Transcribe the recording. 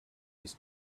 his